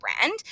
brand